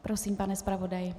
Prosím, pane zpravodaji.